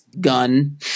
gun